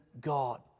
God